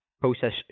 process